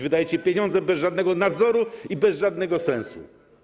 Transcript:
Wydajecie pieniądze bez żadnego nadzoru i bez żadnego sensu.